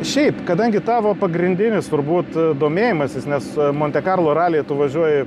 šiaip kadangi tavo pagrindinis turbūt domėjimąsis nes monte karlo ralyje tu važiuoji